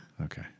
Okay